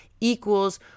equals